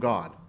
God